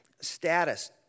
status